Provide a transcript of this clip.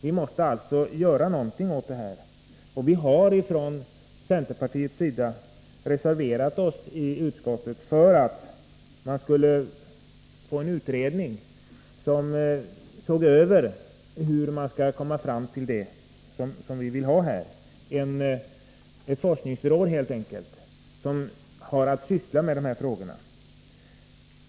Vi måste alltså göra något, och vi har från centerpartiets sida i en reservation i utskottet framhållit att det bör tillsättas en utredning med uppgift att göra en översyn och lägga fram förslag i den riktning som vi angivit. Det är helt enkelt fråga om ett forskningsråd som skall ha till uppgift att syssla med dessa frågor.